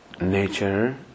nature